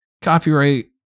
copyright